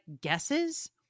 guesses